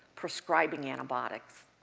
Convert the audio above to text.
prescribing antibiotics.